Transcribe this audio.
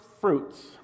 fruits